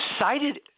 cited